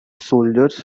soldiers